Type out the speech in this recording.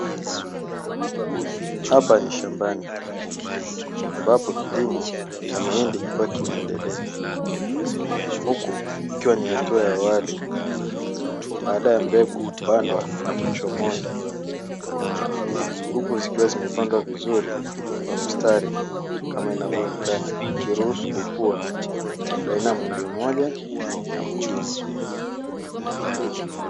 Hapa ni shambani ambapo kilimo cha mahindi kikikuwa kinaendelea, huku ikiwa ni hatua ya awali baada ya mbegu kupandwa na kuchomoza, huku ikiwa imepandwa vizuri kwa mstari kama inavyoonekana ikiruhusu kukua baina ya muhindi mmoja na mwingine.